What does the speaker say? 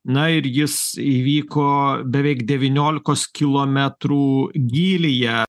na ir jis įvyko beveik devyniolikos kilometrų gylyje